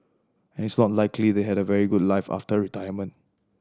and it's not like they had a very good life after retirement